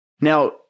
Now